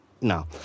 no